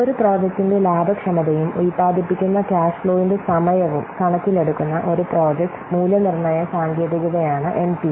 ഒരു പ്രോജക്റ്റിന്റെ ലാഭക്ഷമതയും ഉൽപാദിപ്പിക്കുന്ന ക്യാഷ് ഫ്ലോവിന്റെ സമയവും കണക്കിലെടുക്കുന്ന ഒരു പ്രോജക്റ്റ് മൂല്യനിർണ്ണയ സാങ്കേതികതയാണ് എൻപിവി